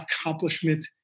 accomplishment